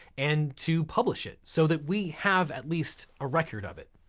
and to publish it so that we have at least a record of it.